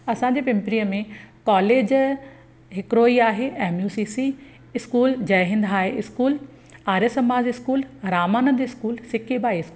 असांजे पिंपरीअ में कॉलेज हिकिड़ो ई आहे M U C C school Jaihind high school Arya Samaj school Ramanand school Sikkibai school